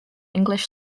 english